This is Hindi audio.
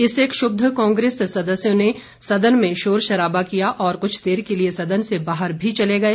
इससे क्षुब्य कांग्रेस सदस्यों ने सदन में शोर शराबा किया और कुछ देर के लिए सदन से बाहर भी चले गए